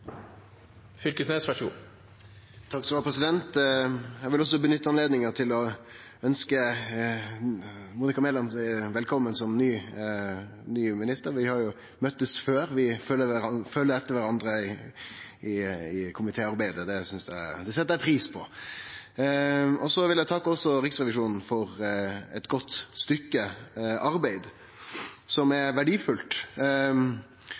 vil også nytte anledninga til å ønskje Monica Mæland velkommen som ny minister. Vi har jo møtst før. Vi følgjer etter kvarandre i komitéarbeidet, og det set eg pris på. Eg vil også takke Riksrevisjonen for eit godt stykke arbeid, som